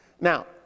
Now